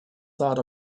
thought